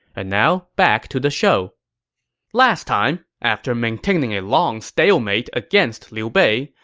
and now, back to the show last time, after maintaining a long stalemate against liu bei,